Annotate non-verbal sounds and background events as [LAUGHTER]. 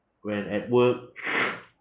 when at work [NOISE]